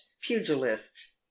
pugilist